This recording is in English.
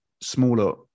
smaller